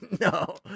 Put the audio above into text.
No